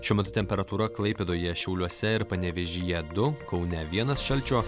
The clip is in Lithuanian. šiuo metu temperatūra klaipėdoje šiauliuose ir panevėžyje du kaune vienas šalčio